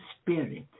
spirit